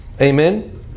Amen